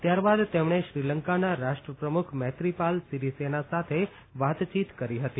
ત્યારબાદ તેમણે શ્રીલંકાના રાષ્ટ્રપ્રમુખ મૈત્રીપાલ સિરીસેના સાથે વાતચીત કરી હતી